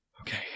Okay